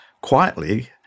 quietly